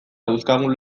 dauzkagun